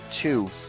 two